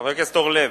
חבר הכנסת אורלב.